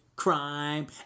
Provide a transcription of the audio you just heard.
Crime